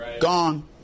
Gone